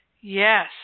Yes